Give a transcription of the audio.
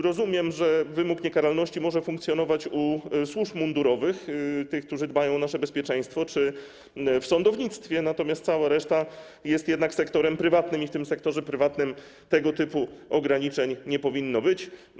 Rozumiem, że wymóg niekaralności może funkcjonować u służb mundurowych, tych, które dbają o nasze bezpieczeństwo, czy w sądownictwie, natomiast cała reszta jest jednak sektorem prywatnym i w tym sektorze prywatnym tego typu ograniczeń nie powinno być.